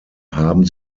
haben